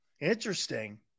Interesting